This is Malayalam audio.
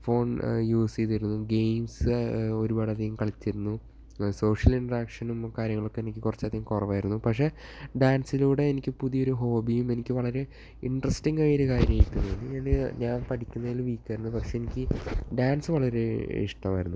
ഫോൺ യൂസ് ചെയ്തിരുന്നു ഗെയിംസ് ഒരുപാടധികം കളിച്ചിരുന്നു സോഷ്യൽ ഇൻറ്ററാക്ഷനും കാര്യങ്ങളൊക്കെ എനിക്ക് കുറച്ചധികം കുറവായിരുന്നു പക്ഷേ ഡാൻസിലൂടെ എനിക്ക് പുതിയൊരു ഹോബിയും എനിക്ക് വളരെ ഇന്ട്രെസ്റ്റിങ്ങായൊരു കാര്യമായിട്ട് തോന്നി ഞാൻ പഠിക്കുന്നതിലും വീക്കായിരുന്നു പക്ഷേ എനിക്ക് ഡാൻസ് വളരെ ഇഷ്ടമായിരുന്നു